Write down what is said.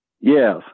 Yes